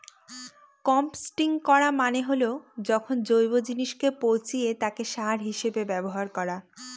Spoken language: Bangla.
কম্পস্টিং করা মানে হল যখন জৈব জিনিসকে পচিয়ে তাকে সার হিসেবে ব্যবহার করা